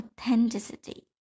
authenticity